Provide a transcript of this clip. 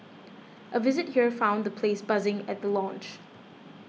a visit here found the place buzzing at the launch